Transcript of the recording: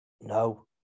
no